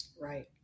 Right